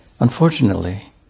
Unfortunately